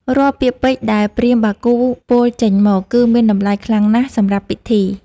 រាល់ពាក្យពេចន៍ដែលព្រាហ្មណ៍បាគូពោលចេញមក គឺមានតម្លៃខ្លាំងណាស់សម្រាប់ពីធី។